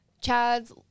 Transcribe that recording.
Chad's